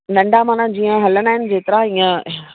नंढा माना जीअं हलंदा आहिनी जेतिरा हीअं